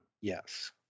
Yes